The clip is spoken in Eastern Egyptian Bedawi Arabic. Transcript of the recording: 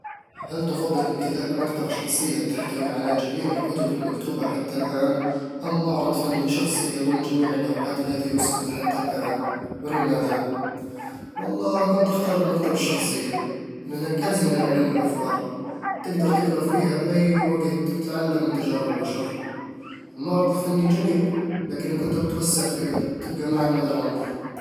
هل تفضل امتلاك مكتبة شخصية تحتوي على جميع الكتب المكتوبة حتى الآن أم معرض فني شخصي يضم جميع اللوحات التي رُسمت حتى الآن؟ ولماذا؟ والله كنت أختار المكتبة الشخصية لأنها كنز من العلم والأفكار، تقدر تقرا فيها أي وقت وتتعلم من تجارب البشر المعرض الفني جميل، لكن الكتب توسّع الفكر وتبقى معك مدى العمر